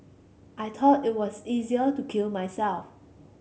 I thought it was easier to kill myself